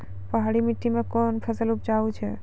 पहाड़ी मिट्टी मैं कौन फसल उपजाऊ छ?